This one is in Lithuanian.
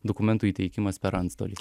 dokumentų įteikimas per antstolį